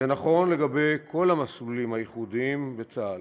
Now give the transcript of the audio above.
זה נכון לגבי כל המסלולים הייחודיים בצה"ל.